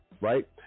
right